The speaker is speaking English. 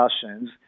discussions